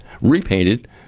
repainted